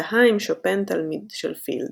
תהה אם שופן תלמיד של פילד.